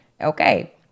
okay